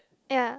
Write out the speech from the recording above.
ya